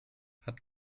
hat